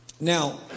Now